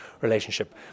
relationship